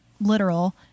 literal